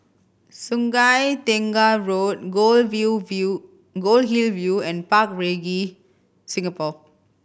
Sungei Tengah Road Gold View View Goldhill View and Park Regis Singapore